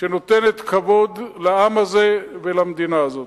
שנותנת כבוד לעם הזה ולמדינה הזאת.